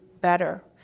better